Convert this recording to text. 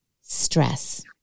stress